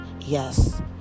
Yes